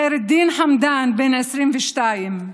חיר חמדאן, בן 22,